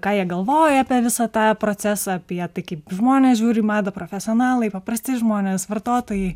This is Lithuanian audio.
ką jie galvoja apie visą tą procesą apie tai kaip žmonės žiūri į madą profesionalai paprasti žmonės vartotojai